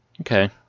Okay